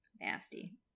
Nasty